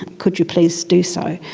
could you please do so?